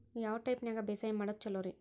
ಯಾವ ಟೈಪ್ ನ್ಯಾಗ ಬ್ಯಾಸಾಯಾ ಮಾಡೊದ್ ಛಲೋರಿ?